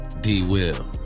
D-Will